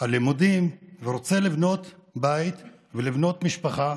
הלימודים ורוצה לבנות בית ולבנות משפחה,